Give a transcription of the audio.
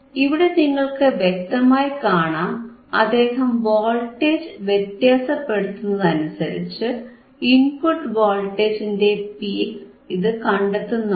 ഇവിടെ നിങ്ങൾക്കു വ്യക്തമായി കാണാം അദ്ദേഹം വോൾട്ടേജ് വ്യത്യാസപ്പെടുത്തുന്നതനുസരിച്ച് ഇൻപുട്ട് വോൾട്ടേജിന്റെ പീക്ക് ഇതു കണ്ടെത്തുന്നുണ്ട്